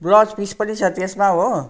blouse piece पनि छ त्यसमा हो